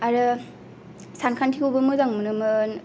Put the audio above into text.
आरो सानखान्थिखौबो मोजां मोनोमोन